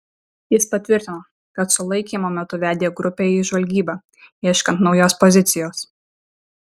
jis patvirtino kad sulaikymo metu vedė grupę į žvalgybą ieškant naujos pozicijos